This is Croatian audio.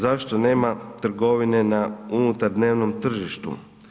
Zašto nema trgovine na unutar dnevnom tržištu?